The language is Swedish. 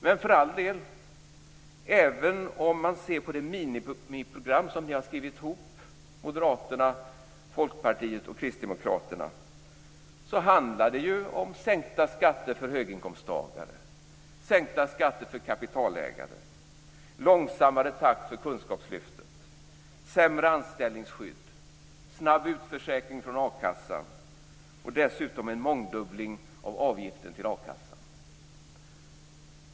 Men för all del: Även om man ser på det miniprogram som Moderaterna, Folkpartiet och Kristdemokraterna har skrivit ihop, handlar det ju om sänkta skatter för höginkomsttagare och kapitalägare, långsammare takt för kunskapslyftet, sämre anställningsskydd, snabb utförsäkring från a-kassan och dessutom en mångdubbling av avgiften till a-kassan.